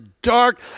dark